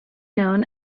known